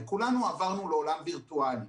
וכולנו עברנו לעולם וירטואלי.